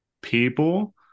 people